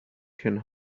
can